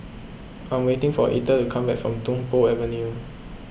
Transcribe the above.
I am waiting for Ether to come back from Tung Po Avenue